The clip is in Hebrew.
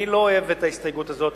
אני לא אוהב את ההסתייגות הזאת,